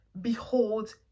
behold